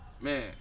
man